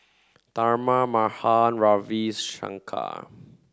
Tharman Mahan Ravi Shankar